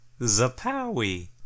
Zapowie